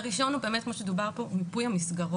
הראשון הוא באמת כמו שדובר פה הוא מיפוי המסגרות,